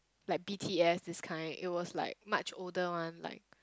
like B_T_S this kind it was like much older one like